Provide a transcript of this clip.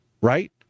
right